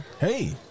Hey